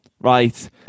right